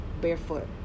barefoot